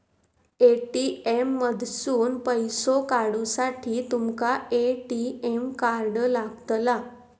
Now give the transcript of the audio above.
ATM मधसून पैसो काढूसाठी तुमका ए.टी.एम कार्ड लागतला